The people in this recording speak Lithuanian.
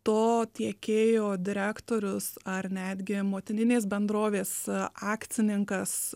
to tiekėjo direktorius ar netgi motininės bendrovės akcininkas